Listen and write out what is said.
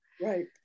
right